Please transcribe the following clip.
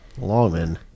Longman